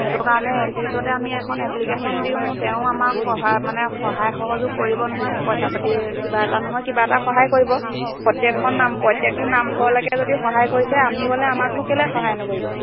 সেইটো কাৰণে এম পিৰ ওচৰতে আমি এখন এপ্লিকেশ্যন দিওঁ তেওঁ আমাক সহায় মানে সহায় সহযোগ কৰিব নহয় পইচা পাতি কিবা এটা নহয় কিবা এটা সহায় কৰিব প্ৰত্যেকখন নাম প্ৰত্যেকটো নামঘৰলৈকে যদি সহায় কৰিছে আমি গ'লে আমাকনো কেলৈ সহায় নকৰিব